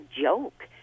joke